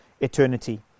eternity